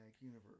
universe